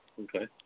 Okay